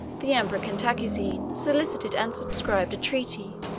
the emperor cantacuzene solicited and subscribed a treaty,